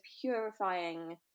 purifying